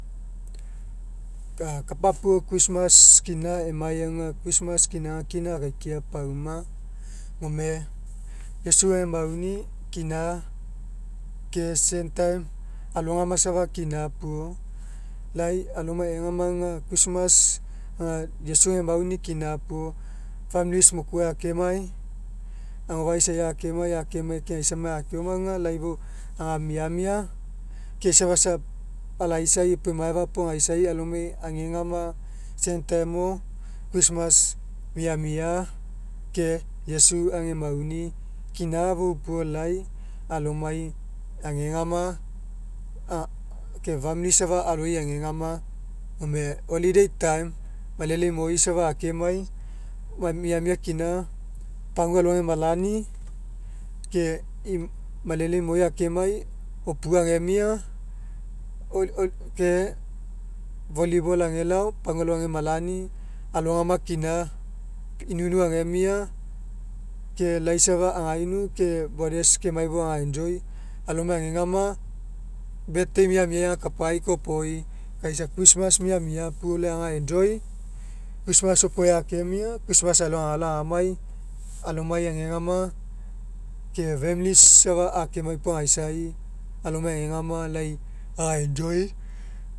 kapapuo christmas kina emai aga christmas kina aga kina akaikiai pauma gome iesu emauni kina ke same time alogama kina puo lai alomai egama aga christmas aga iesu ega mauni kina puo familis mokuai akemai agofe'a isaiai akemai kegaisamai akeoma aga lai fou aga miamia ke isa safa sa pa alaisa epo emaefa puo agaisai alomai agegama same time mo christmas miamia ke iesu ega mauni kina fou puo lai alomai agegama a ke famili safa aloi agegama gome holiday time malele imoi akemai mai miamia kina alo agemalani ke malele imoi akemai opua agemia ke volleyball agelao pagua alo agemalani alogama kina inuinu agemia ke lai safa againu ke brothers kemai fou aga'join alomai agegama birthday miamia agakapai kopoi kai isa christmas miamia puo lai aga'enjoy christmas opuai akemia christmas alogai agao agamai alomai agegama ke familis safa akemai puo agaisai alomai agegama lai aga'enjoy